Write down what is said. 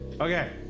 Okay